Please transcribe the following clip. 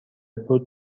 بود